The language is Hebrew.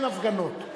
אין הפגנות.